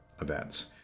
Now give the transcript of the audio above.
events